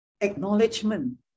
acknowledgement